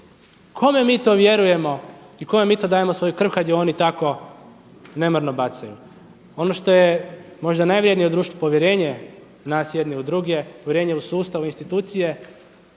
kome mi to vjerujemo i kome mi to dajemo svoju krv kada ju oni tako nemarno bacaju. Ono što je možda najvrijednije u društvu povjerenje nas jedni u druge, povjerenje u sustav, institucije,